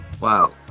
Wow